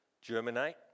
germinate